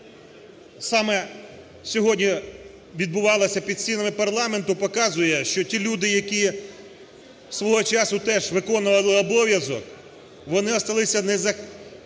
саме сьогодні відбувалося під стінами парламенту показує, що ті люди які свого часу теж виконували обов'язок, вони осталися незахищеними